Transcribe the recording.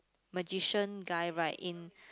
magician guy right in